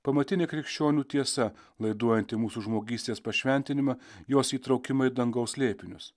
pamatinė krikščionių tiesa laiduojanti mūsų žmogystės pašventinimą jos įtraukimą į dangaus slėpinius